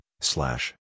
slash